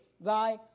thy